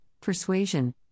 persuasion